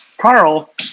Carl